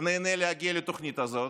נהנה להגיע לתוכנית הזאת,